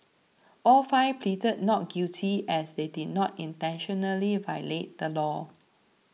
all five pleaded not guilty as they did not intentionally violate the law